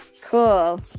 Cool